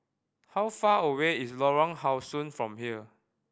how far away is Lorong How Sun from here